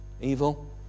evil